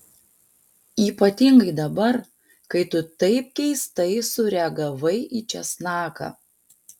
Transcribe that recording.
ypatingai dabar kai tu taip keistai sureagavai į česnaką